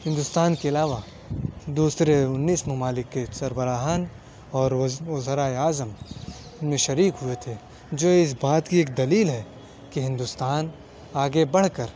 ہندوستان کے علاوہ دوسرے انیس ممالک کے سربراہان اور وزرائے اعظم نے شریک ہوئے تھے جو اس بات کہ ایک دلیل ہے کہ ہندوستان آگے بڑھ کر